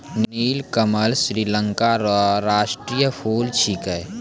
नीलकमल श्रीलंका रो राष्ट्रीय फूल छिकै